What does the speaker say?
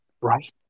right